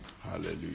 Hallelujah